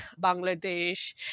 Bangladesh